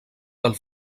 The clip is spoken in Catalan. del